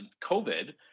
COVID